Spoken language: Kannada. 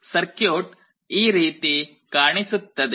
ಸರ್ಕ್ಯೂಟ್ ಈ ರೀತಿ ಕಾಣಿಸುತ್ತದೆ